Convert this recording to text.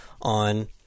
on